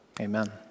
Amen